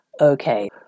okay